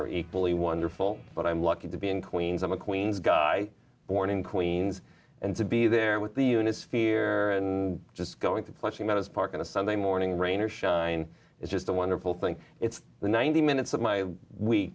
are equally wonderful but i'm lucky to be in queens i'm a queens guy born in queens and to be there with the units fear just going to flushing meadows park on a sunday morning rain or shine is just a wonderful thing it's the ninety minutes of my we